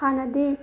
ꯍꯥꯟꯅꯗꯤ